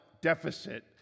deficit